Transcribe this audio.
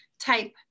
type